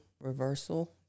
reversal